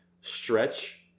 stretch